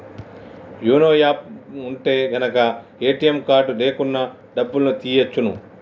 YONO app ఉంటె గనక ATM card లేకున్నా డబ్బుల్ని తియ్యచ్చును